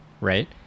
right